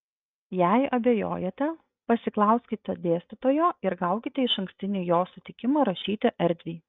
jei abejojate pasiklauskite dėstytojo ir gaukite išankstinį jo sutikimą rašyti erdviai